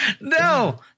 No